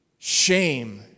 Shame